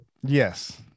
Yes